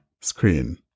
screen